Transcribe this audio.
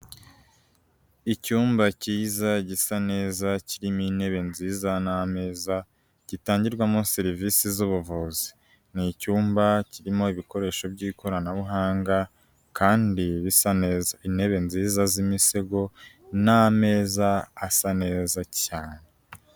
Icyumba cyiza gisa neza kirimo intebe nziza n'ameza, gitangirwamo serivisi z'ubuvuzi, ni icyumba kirimo ibikoresho by'ikoranabuhanga kandi bisa neza, intebe nziza z'imisego n'ameza asa neza cyane.